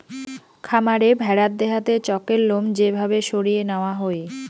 খামারে ভেড়ার দেহাতে চকের লোম যে ভাবে সরিয়ে নেওয়া হই